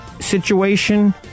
situation